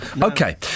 Okay